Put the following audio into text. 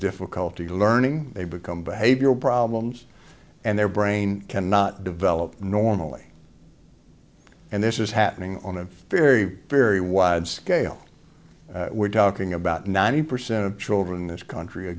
difficulty learning they become behavioral problems and their brain cannot develop normally and this is happening on a very very wide scale we're talking about ninety percent of children in this country are